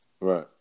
Right